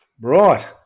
Right